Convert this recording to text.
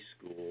school